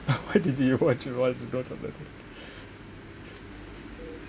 why did you watch it while there's no subtitles